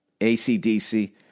ACDC